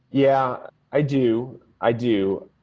yeah, i do. i do,